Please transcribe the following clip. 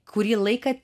kurį laiką